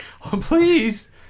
Please